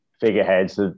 figureheads